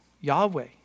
Yahweh